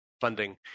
funding